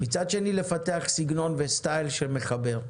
מצד שני, לפתח סגנון וסטייל שמחבר.